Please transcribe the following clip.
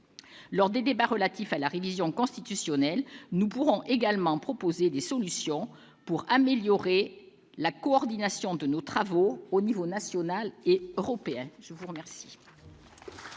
Lors des débats relatifs à la révision constitutionnelle, nous pourrons également proposer des solutions pour améliorer la coordination de nos travaux aux échelons national et européen. La parole